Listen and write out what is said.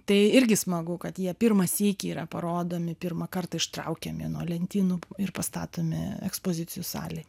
tai irgi smagu kad jie pirmą sykį yra parodomi pirmą kartą ištraukiami nuo lentynų ir pastatomi ekspozicijų salėje